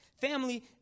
Family